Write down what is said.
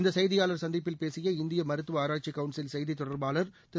இந்த செய்தியாளர் சந்திப்பில் பேசிய இந்திய மருத்துவ ஆராய்ச்சிக் கவுன்சில் செய்தித் தொடர்பாளர் திரு